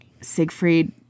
Siegfried